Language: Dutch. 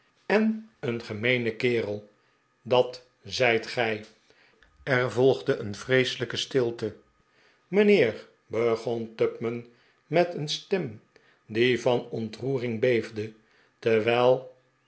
en een gemeene kerel dat zijt gij er volgde een vreeselijke stilte mijnheer begon tupman met een stem die van ontroering beefde terwijl